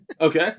Okay